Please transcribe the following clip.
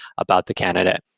about the candidate.